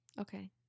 Okay